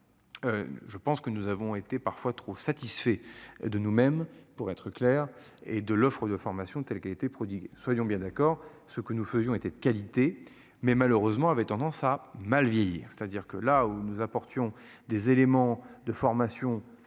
Je pense que nous avons été parfois trop satisfaits de nous-mêmes pour être clair et de l'offre de formation telle qualité produit soyons bien d'accord. Ce que nous faisions était de qualité mais malheureusement avait tendance à mal vieillir. C'est-à-dire que là où nous apportions des éléments de formation